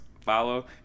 follow